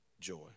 Joy